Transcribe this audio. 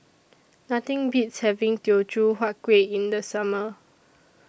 Nothing Beats having Teochew Huat Kueh in The Summer